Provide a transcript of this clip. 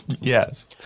Yes